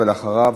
ואחריו,